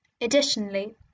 Additionally